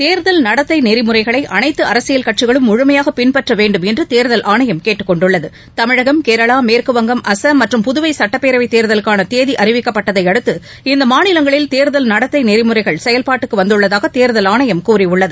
தேர்தல் நடத்தை நெறிமுறைகளை அனைத்து அரசியல் கட்சிகளும் முழுமையாக பின்பற்ற வேண்டுமென்று தேர்தல் ஆணையம் கேட்டுக் கொண்டுள்ளது தமிழகம் கேரளா மேற்குவங்கம் அஸ்ஸாம் மற்றும் புதுவை சுட்டப்பேரவைத் தேர்தலுக்கான தேதி அறிவிக்கப்பட்டதை அடுத்து இம்மாநிலங்களில் தேர்தல் நடத்தை நெறிமுறைகள் செயல்பாட்டுக்கு வந்துள்ளதாக தேர்தல் ஆணையம் கூறியுள்ளது